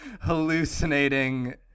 hallucinating